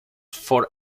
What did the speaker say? for